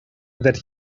that